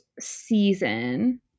season